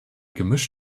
gemisch